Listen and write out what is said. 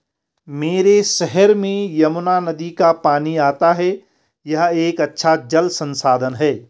मेरे शहर में यमुना नदी का पानी आता है यह एक अच्छा जल संसाधन है